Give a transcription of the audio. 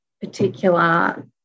particular